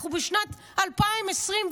אנחנו בשנת 2024,